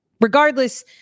Regardless